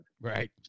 Right